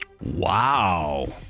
Wow